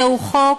זהו חוק